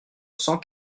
cent